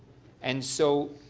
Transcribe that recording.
and so